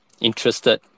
interested